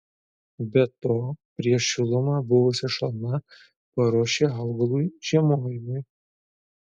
be to prieš šilumą buvusi šalna paruošė augalui žiemojimui